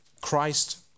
Christ